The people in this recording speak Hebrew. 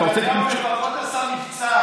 נתניהו לפחות עשה מבצע.